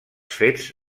fets